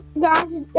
guys